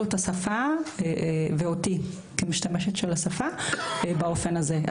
את השפה ואותי כמשתמשת בשפה באופן הזה.